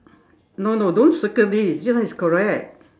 no no don't circle this this one is correct